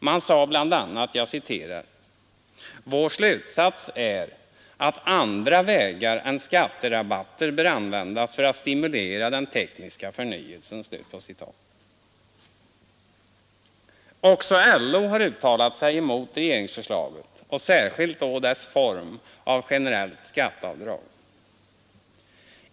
Man sade bl.a.: ”Vår slutsats är att andra vägar än skatterabatter bör användas för att stimulera den tekniska förnyelsen.” Också LO har uttalat sig emot regeringsförslaget och särskilt då dess form av generellt skatteavdrag.